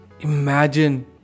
Imagine